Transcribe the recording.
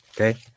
okay